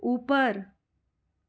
ऊपर